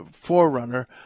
forerunner